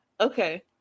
Okay